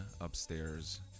upstairs